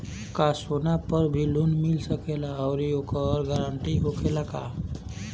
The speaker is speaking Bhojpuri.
का सोना पर भी लोन मिल सकेला आउरी ओकर गारेंटी होखेला का?